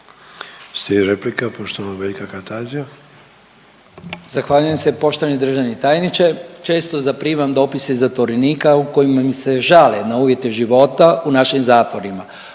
replika poštovanog Veljka Kajtazija.